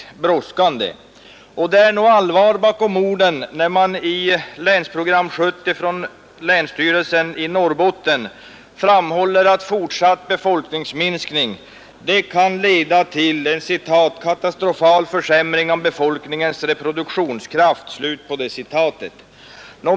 pansion i Norrbotten och andra regioner med sysselsättningssvårigheter Det är nog allvar i orden när man i Länsprogram 1970 från länsstyrelsen i Norrbotten framhåller att fortsatt befolkningsminskning kan leda till ”katastrofal försämring av befolkningens reproduktionskraft”.